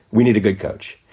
we need a good coach